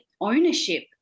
ownership